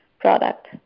product